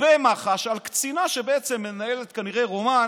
במח"ש על קצינה שבעצם מנהלת, כנראה, רומן